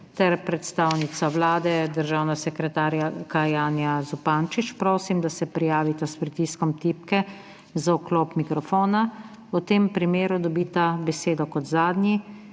ter predstavnica Vlade državna sekretarka Janja Zupančič, prosim, da se prijavita s pritiskom tipke za vklop mikrofona. V tem primeru dobita besedo kot zadnji,